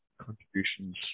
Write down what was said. contributions